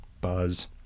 buzz